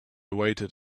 waited